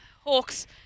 Hawks